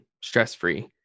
stress-free